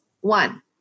One